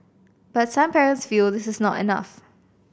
but some parents feel this is not enough